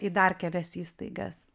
į dar kelias įstaigas